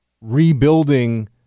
rebuilding